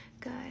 Good